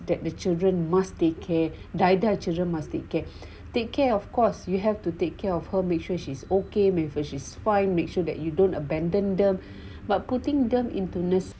that the children must take care die die children must be get take care of course you have to take care of her make sure she's okay with her she's fine make sure that you don't abandon them but putting them into nursery